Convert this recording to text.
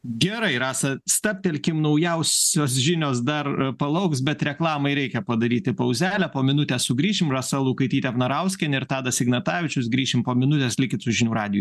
gerai rasa stabtelkim naujausios žinios dar palauks bet reklamai reikia padaryti pauzelę po minutės sugrįšim rasa lukaitytė vnarauskienė ir tadas ignatavičius grįšim po minutės likit su žinių radiju